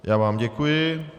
Já vám děkuji.